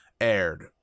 aired